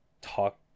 talk